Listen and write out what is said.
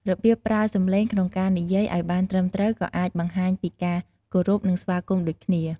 របៀបប្រើសម្លេងក្នុងការនិយាយឱ្យបានត្រឹមត្រូវក៏អាចបង្ហាញពីការគោរព និងស្វាគមន៍ដូចគ្នា។